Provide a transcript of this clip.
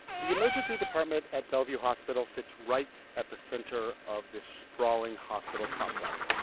the emergency department at bellevue hospital sits right at the center of this sprawling hospital complex.